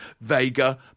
Vega